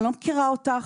אני לא מכירה אותך.